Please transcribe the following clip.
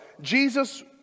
Jesus